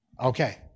Okay